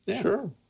Sure